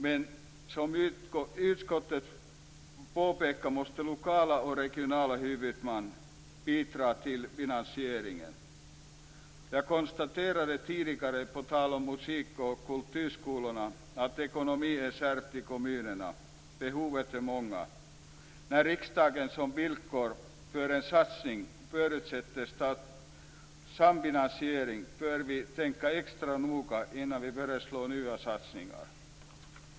Men som utskottet påpekar måste lokala och regionala huvudmän bidra till finansieringen. Jag konstaterade tidigare på tal om musikoch kulturskolorna att ekonomin är kärv i kommunerna. Behoven är många. När riksdagen som villkor för en satsning förutsätter samfinansiering bör vi tänka extra noga innan vi föreslår nya satsningar.